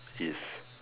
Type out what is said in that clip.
is